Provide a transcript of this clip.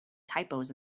typos